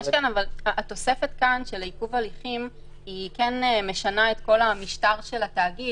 התוספת כאן של עיכוב הליכים משנה את כל המשטר של התאגיד.